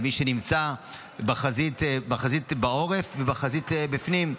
למי שנמצאים בחזית בעורף ובחזית בפנים,